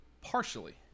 partially